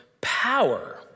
power